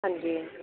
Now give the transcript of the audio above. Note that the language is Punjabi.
ਹਾਂਜੀ